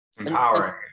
Empowering